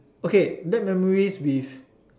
okay bad memories with